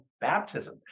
baptism